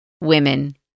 women